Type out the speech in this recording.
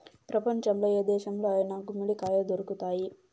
ప్రపంచంలో ఏ దేశంలో అయినా గుమ్మడికాయ దొరుకుతాయి